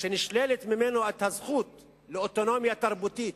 שנשללת ממנו הזכות לאוטונומיה תרבותית,